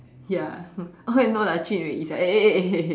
ya okay no lah actually is like eh eh eh